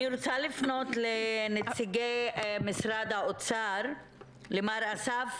אני רוצה לנציגי משרד האוצר, למר אסף